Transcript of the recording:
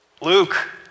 Luke